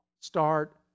start